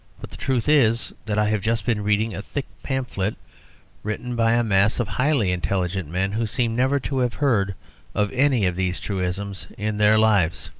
but the truth is, that i have just been reading a thick pamphlet written by a mass of highly intelligent men who seem never to have heard of any of these truisms in their lives.